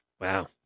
Wow